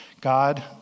God